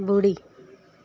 ॿुड़ी